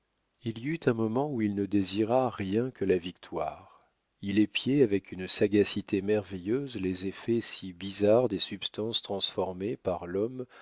il y eut un moment où il ne désira rien que la victoire il épiait avec une sagacité merveilleuse les effets si bizarres des substances transformées par l'homme